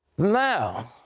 now,